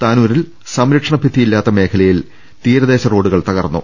താനൂരിൽ സംരക്ഷണഭി ത്തിയില്ലാത്ത മേഖലകളിൽ തീരദേശ റോഡുകൾ തകർന്നു